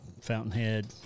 Fountainhead